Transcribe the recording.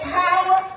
power